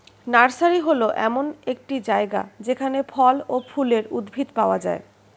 nursery এমন একটি জায়গা যেখানে ফল ও ফুলের উদ্ভিদ পাওয়া যায়